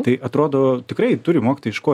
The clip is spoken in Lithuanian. tai atrodo tikrai turim mokyti iš ko